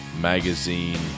Magazine